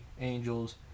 Angels